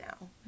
now